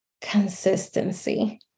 consistency